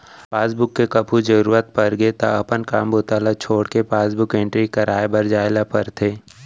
passbook के कभू जरूरत परगे त अपन काम बूता ल छोड़के पासबुक एंटरी कराए बर जाए ल परथे